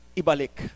ibalik